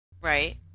right